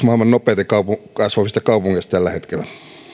maailman nopeiten kasvavista kaupungeista tällä hetkellä